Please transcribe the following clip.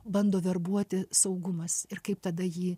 bando verbuoti saugumas ir kaip tada jį